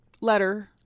Letter